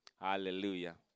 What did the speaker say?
Hallelujah